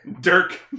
Dirk